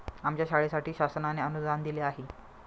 आमच्या शाळेसाठी शासनाने अनुदान दिले आहे